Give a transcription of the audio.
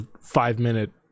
five-minute